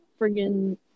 friggin